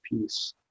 piece